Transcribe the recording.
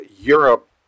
Europe